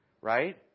Right